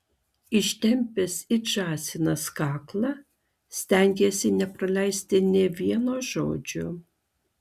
ištempęs it žąsinas kaklą stengėsi nepraleisti nė vieno žodžio